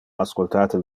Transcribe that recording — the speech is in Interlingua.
ascoltate